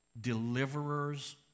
deliverers